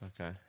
Okay